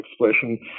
expression